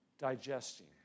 digesting